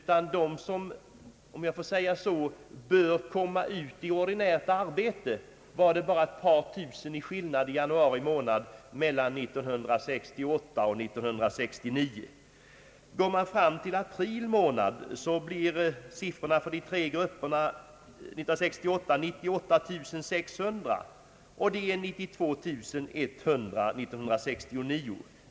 Vad dem beträffar som borde komma ut i »ordinärt arbete» var skillnaden bara ett par tusen mellan januari 1968 och januari 1969. Går man till siffrorna för april månad, finner man för de här grupperna tillsammans 98 600 år 1968 och 92100 år 1969.